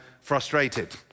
frustrated